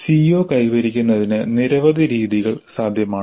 CO കൈവരിക്കുന്നതിന് നിരവധി രീതികൾ സാധ്യമാണ്